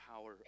power